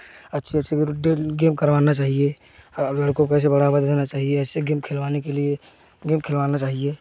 अच्छी अच्छी daily game करवाना चाहिए लड़कों को ऐसे बढ़ावा देना चाहिए ऐसे गेम खिलावाने के लिए गेम खेलवाना चाहिए